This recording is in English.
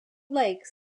lakes